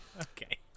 Okay